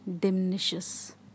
diminishes